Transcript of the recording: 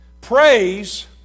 praise